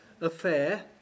affair